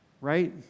right